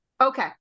okay